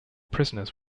prisoners